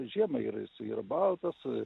žiemai ir jisai ir baltas a